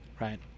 right